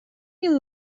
you